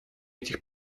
этих